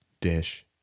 dish